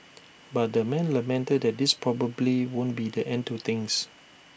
but the man lamented that this probably won't be the end to things